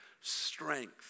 strength